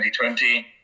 2020